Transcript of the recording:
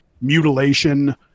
mutilation